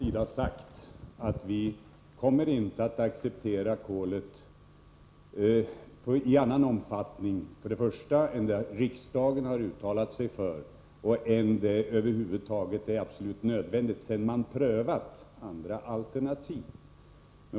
Herr talman! Vi har från socialdemokratins sida sagt att vi inte kommer att acceptera kol i annan omfattning än den riksdagen har uttalat sig för och en som är absolut nödvändig, sedan man prövat andra alternativ.